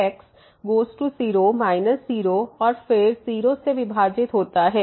तो sin2x goes to 0 minus 0 और फिर 0 से विभाजित होता है